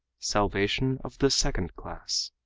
salvation of the second class